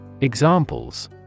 Examples